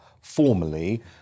formally